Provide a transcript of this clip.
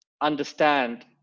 understand